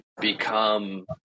become